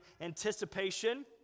anticipation